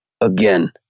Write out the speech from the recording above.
again